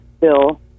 bill